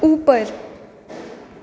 ऊपर